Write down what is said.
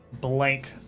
blank